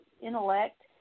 intellect